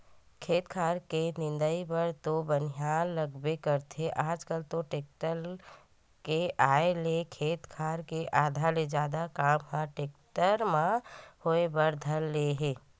खेत खार के निंदई बर तो बनिहार लगबे करथे आजकल तो टेक्टर के आय ले खेत खार के आधा ले जादा काम ह टेक्टर म होय बर धर ले हे